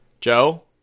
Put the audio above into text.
Joe